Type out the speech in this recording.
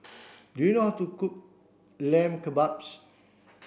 do you know how to cook Lamb Kebabs